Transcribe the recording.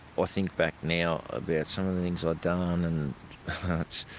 ah think back now about some of the things i've done and yeah,